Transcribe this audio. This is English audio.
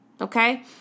Okay